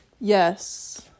Yes